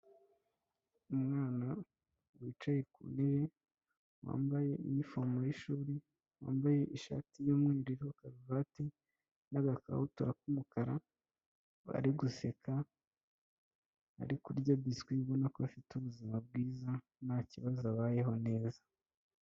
Umwana wicaye ku ntebe wambaye inifomu y'ishuri wambaye ishati y'umweru na karuvati n'agakabutura k'umukara, ari guseka ari kurya biswi ubona ko afite ubuzima bwiza ntakibazo abayeho neza.